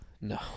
No